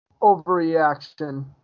overreaction